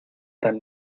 tan